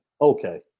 Okay